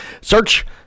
Search